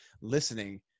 listening